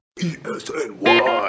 E-S-N-Y